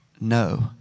No